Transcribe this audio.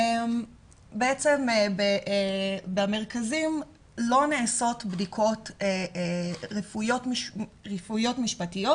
בעצם במרכזים לא נעשות בדיקות רפואיות משפטיות